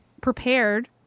prepared